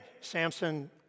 Samson